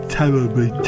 terribly